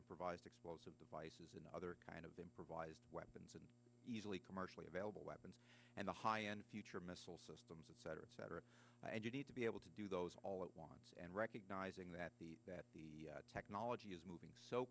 improvised explosive devices and other kind of improvised weapons and easily commercially available weapons and the high end future missile systems etc etc and you need to be able to do those all at once and recognizing that the that the technology is moving so